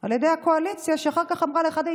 על ידי הקואליציה, שאחר כך אמרה לאחד העיתונאים: